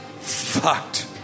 fucked